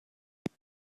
they